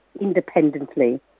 independently